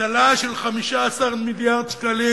גזלה של 15 מיליארד שקלים,